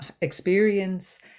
experience